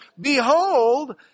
Behold